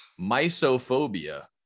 misophobia